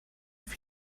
have